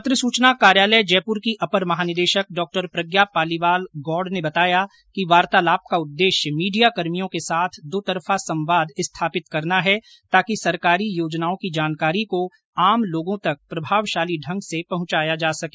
पत्र सूचना कार्यालय जयपुर की अपर महानिदेशक डॉ प्रज्ञा पालीवाल गौड ने बताया कि वार्तालाप का उद्देश्य मीडियाकर्मियों के साथ दो तरफा संवाद स्थापित करना है ताकि सरकारी योजनाओं की जानकारी को आम लोगों तक प्रभावशाली ढंग से पहुंचाया जा सके